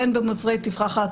בין במוצרי תפרחות